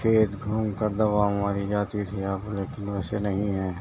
کھیت گھوم کر دوا ماری جاتی تھی اب لیکن ویسے نہیں ہے